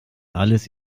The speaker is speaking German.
alles